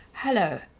Hello